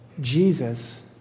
Jesus